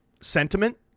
sentiment